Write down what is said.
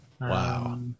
Wow